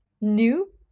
new